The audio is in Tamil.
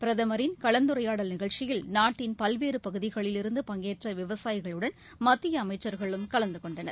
பிரதமரின் கலந்துரையாடல் நிகழ்ச்சியில் நாட்டின் பல்வேறு பகுதிகளிலிருந்து பங்கேற்ற விவசாயிகளுடன் மத்திய அமைச்சர்களும் கலந்து கொண்டனர்